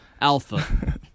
Alpha